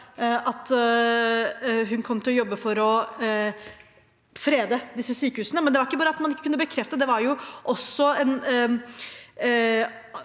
at hun kom til å jobbe for å frede disse sykehusene. Det var ikke bare at man kunne ikke bekrefte